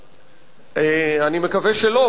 למה, אני מקווה שלא.